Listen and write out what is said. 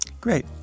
Great